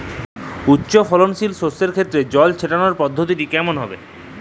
উচ্চফলনশীল শস্যের ক্ষেত্রে জল ছেটানোর পদ্ধতিটি কমন হবে?